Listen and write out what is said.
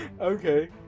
Okay